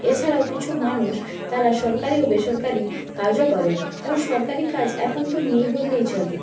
এছাড়াও কিছু মানুষ তারা সরকারি ও বেসরকারি কাজও করেন যেমন সরকারি কাজ এখন তো নেই বললেই চলে